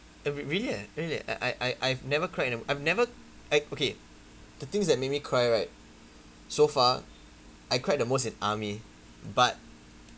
eh really eh really eh I I I I've never cried in a I've never I okay the things that make me cry right so far I cried the most in army but